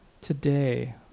today